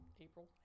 April